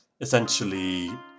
essentially